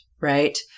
Right